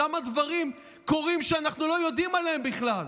כמה דברים קורים שאנחנו לא יודעים עליהם בכלל,